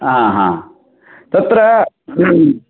आं हा तत्र